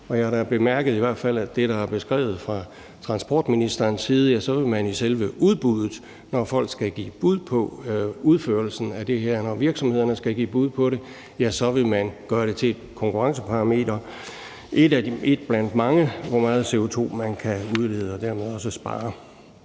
jeg har da i hvert fald bemærket, at i det, der er beskrevet fra transportministerens side, vil man i selve udbuddet, når folk skal give bud på udførelsen af det her og virksomhederne skal give bud på det, gøre det til et konkurrenceparameter – et blandt mange – hvor lidt CO2 man kan udlede og dermed også, hvor